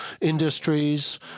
industries